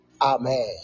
amen